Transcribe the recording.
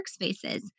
workspaces